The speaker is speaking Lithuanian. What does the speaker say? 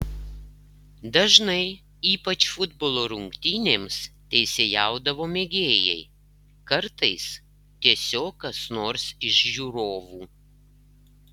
dažnai ypač futbolo rungtynėms teisėjaudavo mėgėjai kartais tiesiog kas nors iš žiūrovų